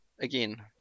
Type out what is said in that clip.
again